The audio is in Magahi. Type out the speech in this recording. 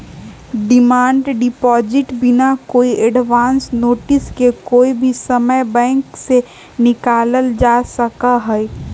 डिमांड डिपॉजिट बिना कोई एडवांस नोटिस के कोई भी समय बैंक से निकाल्ल जा सका हई